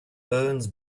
bones